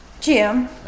Jim